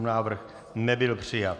Návrh nebyl přijat.